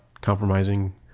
compromising